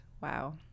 wow